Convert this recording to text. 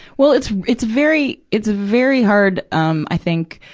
well, it's, it's very, it's very hard, um, i think,